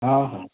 ହଁ ହଁ